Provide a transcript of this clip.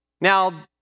Now